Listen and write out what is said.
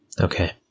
Okay